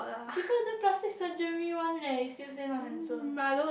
people do plastic surgery one leh you still say not handsome